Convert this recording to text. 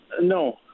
No